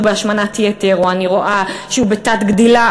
בהשמנת יתר או אני רואה שהוא בתת-גדילה,